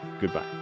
goodbye